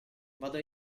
vado